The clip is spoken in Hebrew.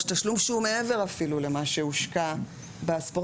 תשלום שהוא מעבר אפילו למה שהושקע בספורטאי,